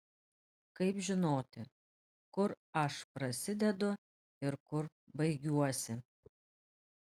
kaip žinoti kur aš prasidedu ir kur baigiuosi